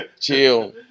Chill